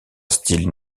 style